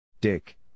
Dick